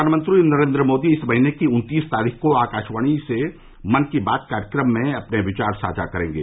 प्रधानमंत्री नरेंद्र मोदी इस महीने की उन्तीस तारीख को आकाशवाणी के मन की बात कार्यक्रम में अपने विचार साझा करेंगे